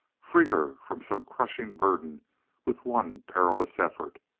free her from some crushing burden with one perilous effort,